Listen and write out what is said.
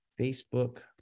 Facebook